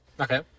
Okay